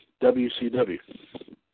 WCW